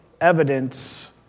evidence